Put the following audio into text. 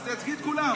אז תייצגי את כולם.